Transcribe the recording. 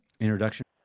introduction